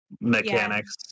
mechanics